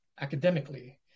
academically